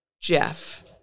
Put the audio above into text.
Jeff